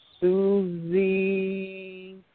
Susie